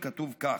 כתוב כך,